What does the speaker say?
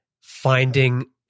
finding